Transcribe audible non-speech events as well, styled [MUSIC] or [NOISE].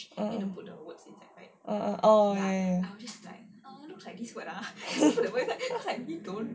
uh oh ya ya [LAUGHS]